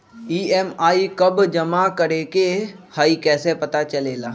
EMI कव जमा करेके हई कैसे पता चलेला?